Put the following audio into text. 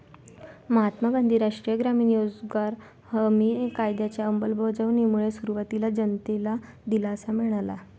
महात्मा गांधी राष्ट्रीय ग्रामीण रोजगार हमी कायद्याच्या अंमलबजावणीमुळे सुरुवातीला जनतेला दिलासा मिळाला